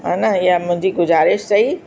हा न इहा मुंहिंजी गुजारिश अथई